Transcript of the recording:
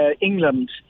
England